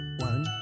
one